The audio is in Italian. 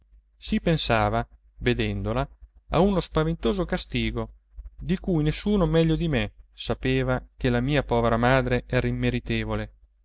si pensava vedendola a uno spaventoso castigo di cui nessuno meglio di me sapeva che la mia povera madre era immeritevole